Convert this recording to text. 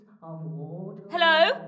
Hello